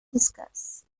discuss